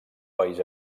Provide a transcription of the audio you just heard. país